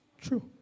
True